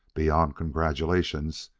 beyond congratulations,